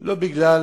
לא בגלל